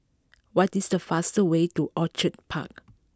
what is the fastest way to Orchid Park